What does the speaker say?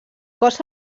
cos